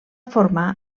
formar